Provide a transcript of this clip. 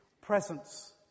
presence